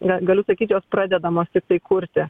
na galiu sakyt jos pradedamos tiktai kurti